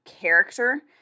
character